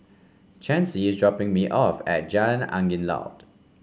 Chancey is dropping me off at Jalan Angin Laut